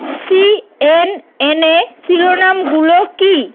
সিএনএনে শিরোনামগুলো কী